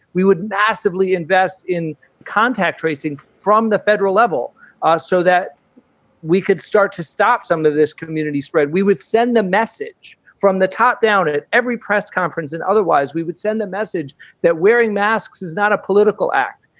we would massively invest in contact tracing from the federal level ah so that we could start to stop some of this community spread. we would send the message from the top down at every press conference, and otherwise we would send the message that wearing masks is not a political act.